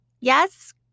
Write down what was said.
Yes